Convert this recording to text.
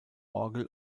orgel